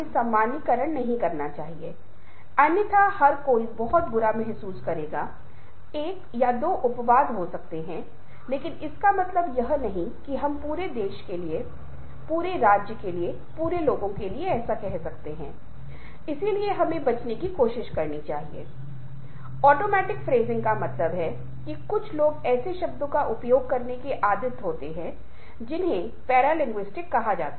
सामान्य तौर पर यद्यपि यह संदर्भ से थोड़ा बाहर है लचीलापन एक ऐसी चीज है जो अधिकांश भारतीय लोगों का एक महत्वपूर्ण घटक है क्योंकि बदलाव के भीतर हम बहुत अनिश्चितताओं में रहते हैं और छात्रों के जीवन में आत्म मूल्यांकन करने के लिए पर्याप्त मात्रा में लचीलापन मिला है